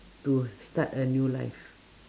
to start a new life